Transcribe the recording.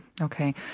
Okay